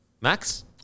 Max